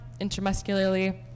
intramuscularly